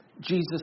Jesus